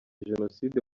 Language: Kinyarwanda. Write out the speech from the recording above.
jenocide